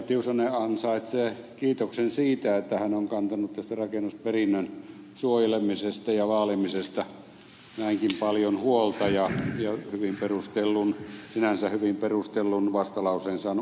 tiusanen ansaitsee kiitoksen siitä että hän on kantanut tästä rakennusperinnön suojelemisesta ja vaalimisesta näinkin paljon huolta ja sinänsä hyvin perustellun vastalauseen saanut aikaiseksi